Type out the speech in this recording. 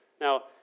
Now